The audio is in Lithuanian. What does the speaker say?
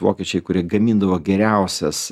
vokiečiai kurie gamindavo geriausias